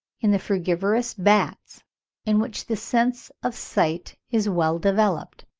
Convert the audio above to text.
in the frugivorous bats in which the sense of sight is well developed.